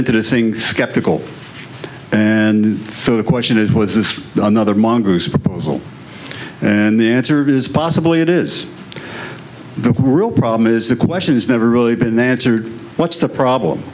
into this thing skeptical and so the question is was this another mongoose proposal and the answer is possibly it is the real problem is the question it's never really been answered what's the problem